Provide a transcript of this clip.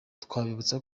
twabibutsa